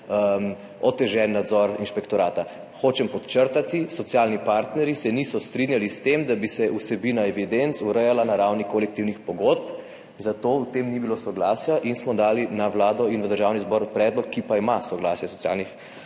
otežen nadzor inšpektorata. Hočem podčrtati, socialni partnerji se niso strinjali s tem, da bi se vsebina evidenc urejala na ravni kolektivnih pogodb, zato o tem ni bilo soglasja in smo dali na Vlado in v Državni zbor predlog, ki pa ima soglasje socialnih